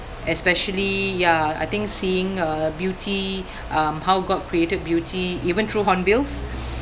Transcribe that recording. especially ya I think seeing uh beauty um how god created beauty even through hornbills